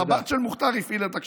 אז הבת של המוח'תאר הפעילה את הקשרים.